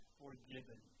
forgiven